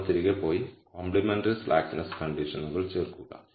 നമ്മൾ തിരികെ പോയി കോംപ്ലെമെന്ററി സ്ലാക്ക്നെസ് കണ്ടിഷനുകൾ ചേർക്കുക